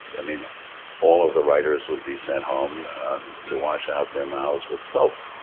i mean all of the writers would be sent home to wash out their mouths with soap.